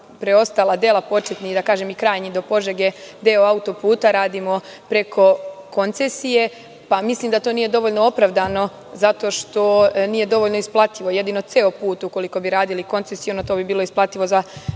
preostala dela, početni i krajnji do Požege deo autoputa radimo preko koncesije. Mislim da to nije dovoljno opravdano zato što nije dovoljno isplativo. Jedino ceo put ukoliko bi radili koncesiono to bi bilo isplativo za